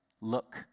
Look